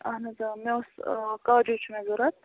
اہن حظ مےٚ اوس کاجوٗ چھُ مےٚ ضوٚرتھ